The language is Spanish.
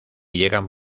llegan